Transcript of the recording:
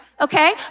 Okay